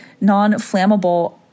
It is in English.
non-flammable